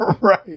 Right